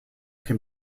can